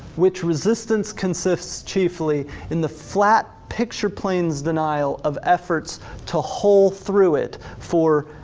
which resistance consists chiefly in the flat picture plane's denial of efforts to hole through it for,